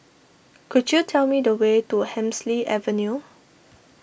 could you tell me the way to Hemsley Avenue